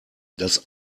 das